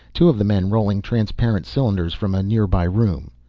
two of the men rolling transparent cylinders from a nearby room.